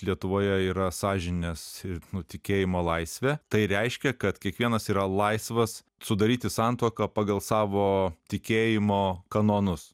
lietuvoje yra sąžinės ir nu tikėjimo laisvė tai reiškia kad kiekvienas yra laisvas sudaryti santuoką pagal savo tikėjimo kanonus